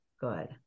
good